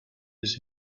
his